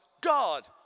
God